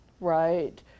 right